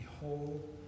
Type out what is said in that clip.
behold